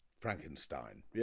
Frankenstein